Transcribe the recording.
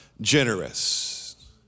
generous